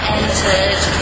entered